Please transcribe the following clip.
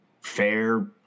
fair